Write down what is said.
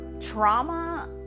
trauma